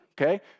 Okay